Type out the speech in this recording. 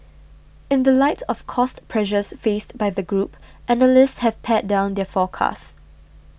in the light of cost pressures faced by the group analysts have pared down their forecasts